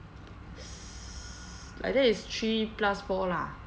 s~ like that it's three plus four lah